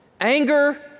anger